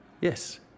Yes